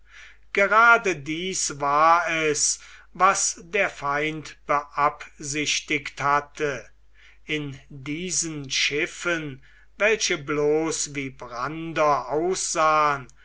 gerade dies war es was der feind beabsichtigt hatte in diesen schiffen welche bloß wie brander aussahen